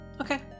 Okay